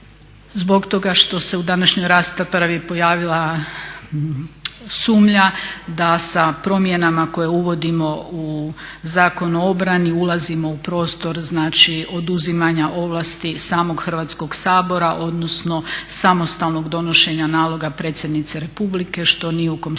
zbog toga što se u današnjoj raspravi pojavila sumnja da sa promjenama koje uvodimo u Zakon u obrani ulazimo u prostor, znači oduzimanja ovlasti samog Hrvatskog sabora, odnosno samostalnog donošenja naloga predsjednice Republike što ni u kom slučaju